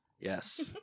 Yes